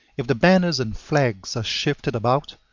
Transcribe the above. if the banners and flags are shifted about,